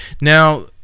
Now